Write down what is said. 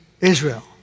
Israel